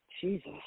Jesus